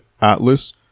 atlas